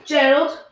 Gerald